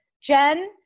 Jen